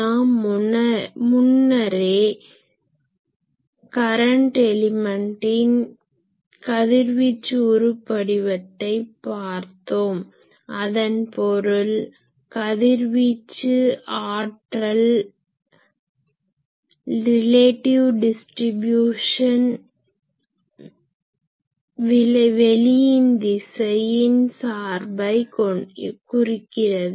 நாம் முன்னரே கரன்ட் எலிமென்ட்டின் கதிர்வீச்சு உருபடிவத்தை பார்த்தோம் அதன் பொருள் கதிர்வீச்சு ஆற்றலின் ரிலேட்டாவ் டிஸ்ட்ரிபியூஷன் relative distribution ஒப்புமை பகிர்மானம் வெளியின் திசையின் சார்பை குறிக்கிறது